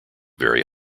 very